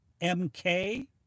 MK